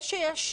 זה סגר.